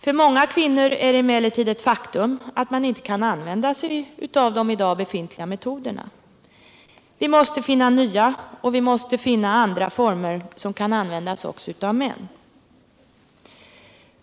För många kvinnor är det emellertid ett faktum att de inte kan använda sig av de i dag befintliga metoderna. Vi måste finna nya, och vi måste finna andra former, som kan användas också av män.